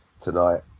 tonight